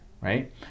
Right